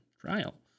trial